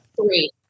Three